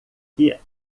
que